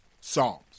Psalms